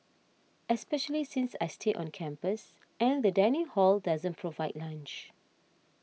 especially since I stay on campus and the dining hall doesn't provide lunch